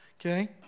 Okay